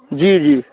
जी जी